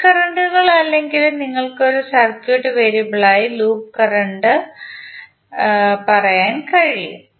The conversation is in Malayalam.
മെഷ് കറന്റുകൾ അല്ലെങ്കിൽ നിങ്ങൾക്ക് ഒരു സർക്യൂട്ട് വേരിയബിളായി ലൂപ്പ് കറന്റ് പറയാൻ കഴിയും